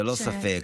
ללא ספק,